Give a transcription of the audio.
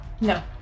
No